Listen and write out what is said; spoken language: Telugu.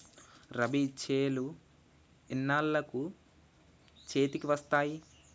రబీ చేలు ఎన్నాళ్ళకు చేతికి వస్తాయి?